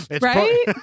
Right